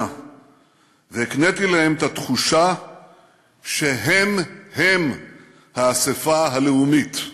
והקניתי להם את התחושה שהם-הם האספה הלאומית".